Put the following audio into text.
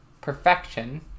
Perfection